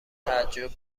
تعجب